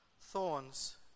Thorns